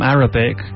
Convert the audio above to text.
Arabic